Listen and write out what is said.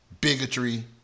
bigotry